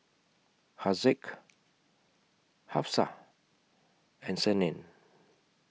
Haziq Hafsa and Senin